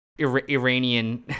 Iranian